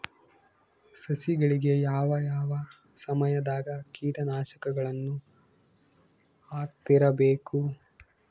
ಸಸಿಗಳಿಗೆ ಯಾವ ಯಾವ ಸಮಯದಾಗ ಕೇಟನಾಶಕಗಳನ್ನು ಹಾಕ್ತಿರಬೇಕು?